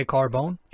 Carbone